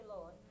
Lord